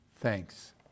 thanks